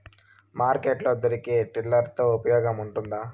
Market లో దొరికే tiller తో ఉపయోగం ఉంటుందా?